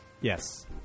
Yes